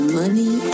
money